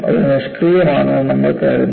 അത് നിഷ്ക്രിയമാണെന്ന് നമ്മൾ കരുതുന്നു